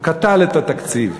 הוא קטל את התקציב,